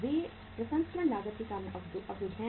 वे प्रसंस्करण लागत के कारण अवरुद्ध हैं